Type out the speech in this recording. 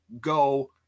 go